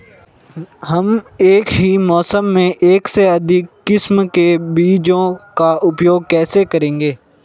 हम एक ही मौसम में एक से अधिक किस्म के बीजों का उपयोग कैसे करेंगे?